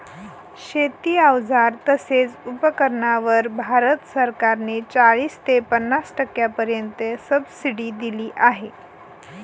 शेती अवजार तसेच उपकरणांवर भारत सरकार ने चाळीस ते पन्नास टक्क्यांपर्यंत सबसिडी दिली आहे